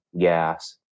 gas